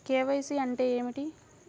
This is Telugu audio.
కే.వై.సి అంటే ఏమి?